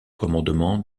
commandement